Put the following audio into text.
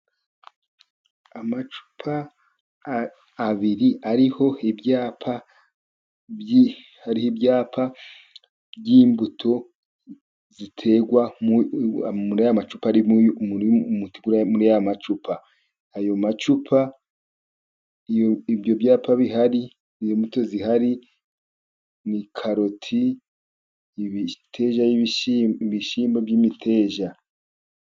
Amacupa abiri ariho ibyapa hari ibyapa by'imbuto ziterwa muri aya macupa arimo muri aya macupa, ayo macupa ibyo byapa bihari izo mbuto zihari ni karoti, ibishyimbo by'imiteja.